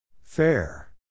Fair